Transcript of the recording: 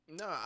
No